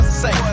say